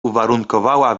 uwarunkowała